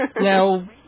Now